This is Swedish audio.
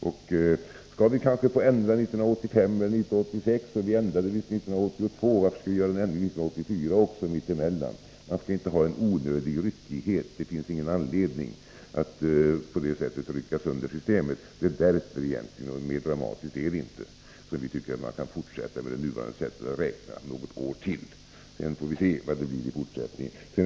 Och skall vi ändra det 1985 eller 1986 — det ändrades visst tidigare 1982 — varför skall vi göra en ändring också 1984? Det finns ingen anledning att på detta sätt rycka sönder systemet. Mer dramatiskt än så är det inte. Vi tycker alltså att man kan fortsätta något år till med det nuvarande sättet att räkna, och sedan får vi se vad det blir i fortsättningen.